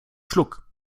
schluck